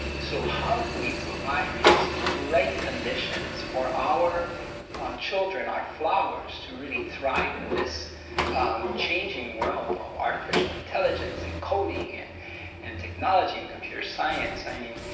so how do we provide these right conditions for our children, our flowers to really thrive in this changing world of artificial intelligence and coding and and technology, and computer science, i mean,